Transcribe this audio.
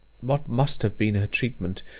what must have been her treatment,